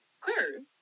clear